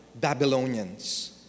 Babylonians